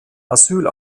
asyl